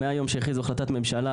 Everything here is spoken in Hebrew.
מהיום שהחליטו על החלטת ממשלה,